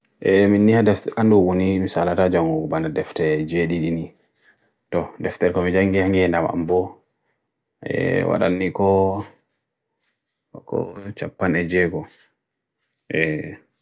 ee meen niha dest kandu wunni misalada jang wubana deft ee JD dini toh deft ee komi jange henge nabambo ee wadhan ni ko wakko chapan EJ ko ee